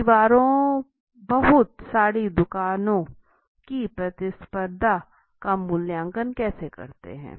परिवारों बहुत साडी दुकानों की प्रतिस्पर्धा का मूल्यांकन कैसे करते हैं